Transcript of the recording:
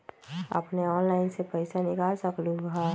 अपने ऑनलाइन से पईसा निकाल सकलहु ह?